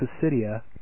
Pisidia